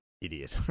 Idiot